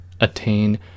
attain